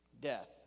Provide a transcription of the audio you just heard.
death